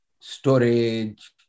storage